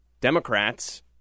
Democrats